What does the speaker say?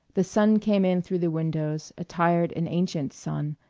the sun came in through the windows, a tired and ancient sun,